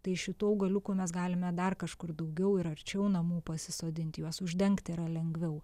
tai šitų augaliukų mes galime dar kažkur daugiau ir arčiau namų pasisodint juos uždengti yra lengviau